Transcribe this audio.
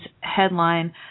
headline